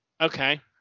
Okay